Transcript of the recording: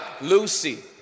Lucy